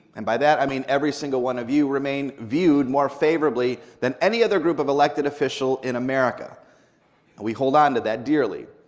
and by that i mean every single one of you, remain viewed more favorably than any other group of elected official in america, and we hold on to that dearly.